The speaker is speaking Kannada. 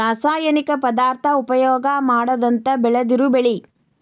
ರಾಸಾಯನಿಕ ಪದಾರ್ಥಾ ಉಪಯೋಗಾ ಮಾಡದಂಗ ಬೆಳದಿರು ಬೆಳಿ